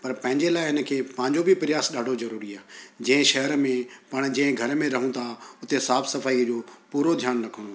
पर पंहिंजे लाइ हिन खे पंहिंजो बि प्रयास ॾाढो ज़रूरी आहे जंहिं शहर में पाण जंहिं घर में रहूं था उते साफ़ु सफ़ाईअ जो पूरो ध्यानु रखणो आहे